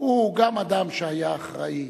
הוא גם אדם שהיה אחראי